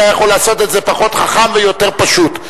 היה יכול לעשות את זה פחות חכם ויותר פשוט.